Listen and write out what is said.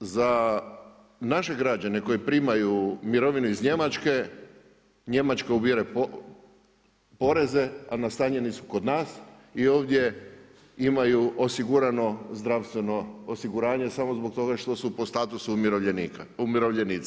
za naše građane koji primaju mirovinu iz Njemačke, Njemačka ubire poreze a nastanjeni su kod nas i ovdje imaju osigurano zdravstveno osiguranje samo zbog toga što su po statusu umirovljenici?